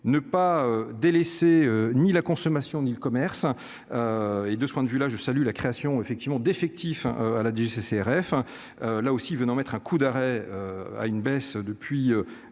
ne pas délaisser ni la consommation ni le commerce et, de ce point de vue là je salue la création effectivement d'effectifs à la DGCCRF, là aussi, venant mettre un coup d'arrêt à une baisse depuis